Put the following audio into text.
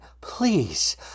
please